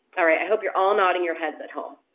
all right i hope you're all nodding your heads at home.